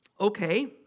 Okay